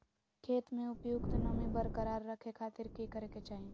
खेत में उपयुक्त नमी बरकरार रखे खातिर की करे के चाही?